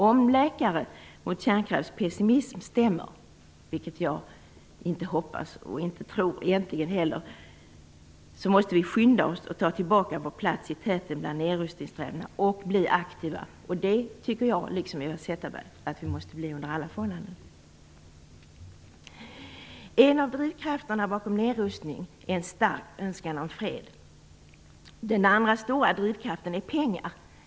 Om Svenska läkare mot kärnvapens pessimism stämmer, vilket jag inte hoppas och egentligen inte tror, måste vi skynda oss att ta tillbaka vår plats i täten bland nedrustningsländerna och bli aktiva. Det tycker jag liksom Eva Zetterberg att vi måste bli under alla förhållanden. En av drivkrafterna bakom nedrustning är en stark önskan om fred. Den andra stora drivkraften är pengar.